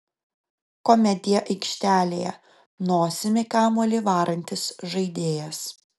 komedija aikštelėje nosimi kamuolį varantis žaidėjas